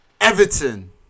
Everton